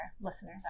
listeners